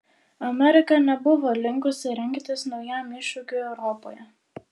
amerika nebuvo linkusi rengtis naujam iššūkiui europoje